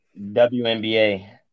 WNBA